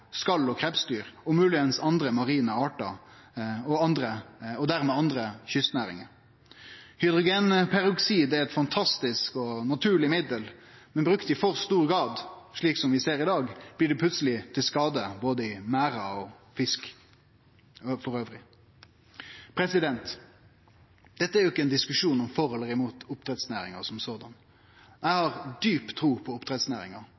skal- og krepsdyr og kanskje andre marine artar, og dermed andre kystnæringar. Hydrogenperoksid er eit fantastisk og naturleg middel, men brukt i for stor grad, slik som vi ser i dag, blir det plutseleg til skade både i merdar og for fisk. Dette er ikkje ein diskusjon for eller imot oppdrettsnæringa. Eg har djup tru på oppdrettsnæringa